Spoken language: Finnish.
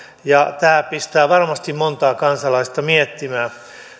tämä pistää varmasti monta kansalaista miettimään